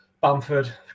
Bamford